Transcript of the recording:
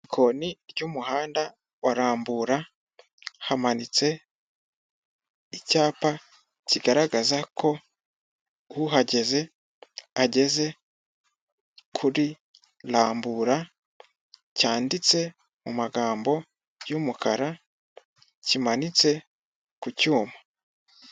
Ikoni ryumuhanda wa rambura, hamanitse icyapa kigaragaza ko uhageze ageze kuri rambura, cyanditse mumagambo yumukara, cyimanitse ku cyuma.